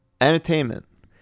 entertainment